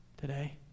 today